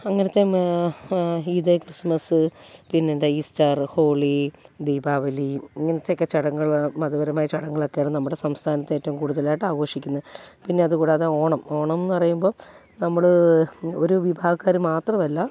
അങ്ങനത്തെ ഈദ് ക്രിസ്മസ് പിന്നെയെന്താ ഈസ്റ്റർ ഹോളി ദീപാവലി ഇങ്ങനത്തെയൊക്കെ ചടങ്ങുകൾ മതപരമായ ചടങ്ങുകളൊക്കെയാണ് നമ്മുടെ സംസ്ഥാനത്ത് ഏറ്റവും കൂടുതലായിട്ട് ആഘോഷിക്കുന്നത് പിന്നെ അത് കൂടാതെ ഓണം ഓണം എന്നു പറയുമ്പം നമ്മൾ ഒരു വിഭാഗക്കാര് മാത്രമല്ല